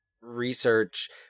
research